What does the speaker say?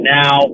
now